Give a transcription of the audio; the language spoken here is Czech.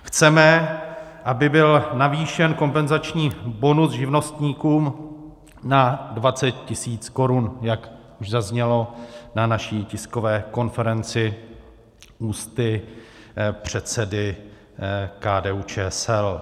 Chceme, aby byl navýšen kompenzační bonus živnostníkům na 20 tisíc korun, jak už zaznělo na naší tiskové konferenci ústy předsedy KDUČSL.